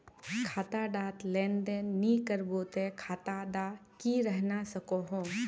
खाता डात लेन देन नि करबो ते खाता दा की रहना सकोहो?